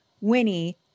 Winnie